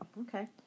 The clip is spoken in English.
Okay